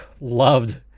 loved